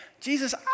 Jesus